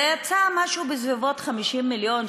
זה יצא משהו בסביבות 50 מיליון,